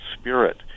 spirit